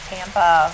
Tampa